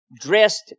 dressed